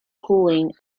cooling